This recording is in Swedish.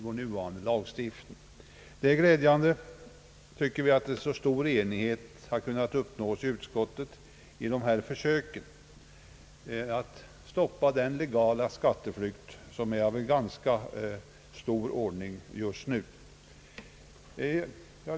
Vi tycker att det är glädjande att så stor enighet kunnat uppnås i utskottet om detta förslag att stoppa den skatteflykt som är av ganska stor omfattning just nu.